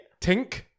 Tink